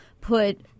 put